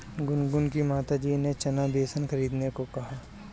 गुनगुन की माताजी ने चना बेसन खरीदने को कहा